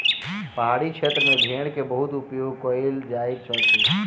पहाड़ी क्षेत्र में भेड़ के बहुत उपयोग कयल जाइत अछि